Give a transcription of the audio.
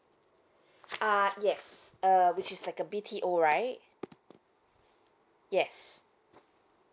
ah yes err which is like a B_T_O right yes